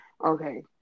Okay